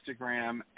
Instagram